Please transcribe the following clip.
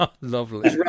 Lovely